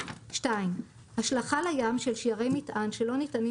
(2) השלכה לים של שיירי מטען שלא ניתנים